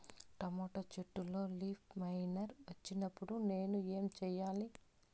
Tomato చెట్టులో leaf miner వచ్చినప్పుడు నేను ఏమి చెయ్యాలి?